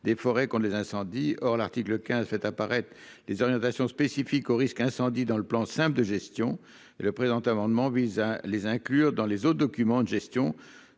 des forêts qu'on les incendies. Or l'article fait apparaître les orientations spécifiques au risque incendie dans le plan simple de gestion et le présent amendement vise à les inclure dans les autres documents de gestion